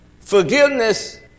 forgiveness